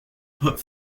put